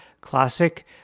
classic